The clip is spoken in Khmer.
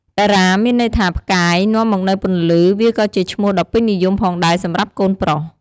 តារា មានន័យថាផ្កាយ នាំមកនូវពន្លឺ វាក៏ជាឈ្មោះដ៏ពេញនិយមផងដែរសម្រាប់កូនប្រុស។